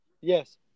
Yes